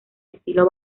estilo